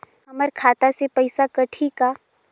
हमर खाता से पइसा कठी का?